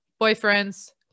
boyfriends